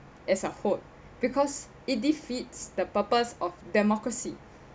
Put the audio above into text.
as a whole because it defeats the purpose of democracy